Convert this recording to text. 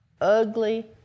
ugly